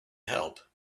help